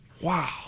Wow